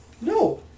No